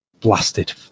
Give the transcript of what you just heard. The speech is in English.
Blasted